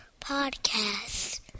Podcast